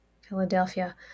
Philadelphia